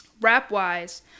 Rap-wise